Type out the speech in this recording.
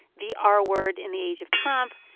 the ah r-word in the age of trump,